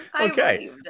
Okay